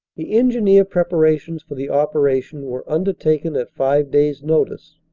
the engineer preparations for the operation were under taken at five days' notice,